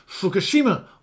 Fukushima